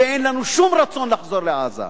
ואין לנו שום רצון לחזור לעזה.